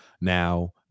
Now